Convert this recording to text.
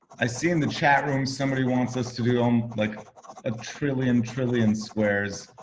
i see in the chat room somebody wants us to do em like a trillion trillion squares.